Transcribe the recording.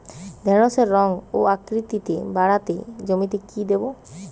ঢেঁড়সের রং ও আকৃতিতে বাড়াতে জমিতে কি দেবো?